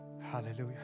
Hallelujah